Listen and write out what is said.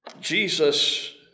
Jesus